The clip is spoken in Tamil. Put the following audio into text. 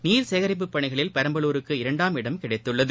நீர் சேகரிப்பு பணிகளில் பெரம்பலூருக்கு இரண்டாம் இடம் கிடைத்துள்ளது